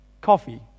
coffee